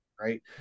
Right